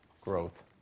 growth